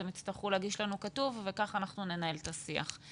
הם יצטרכו להגיש לנו בכתוב וכך ננהל את השיח.